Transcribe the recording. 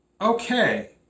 Okay